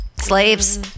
slaves